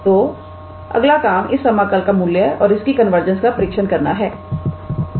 तो अगला काम इस समाकल का मूल्य और इसकी कन्वर्जेंस का परीक्षण करना है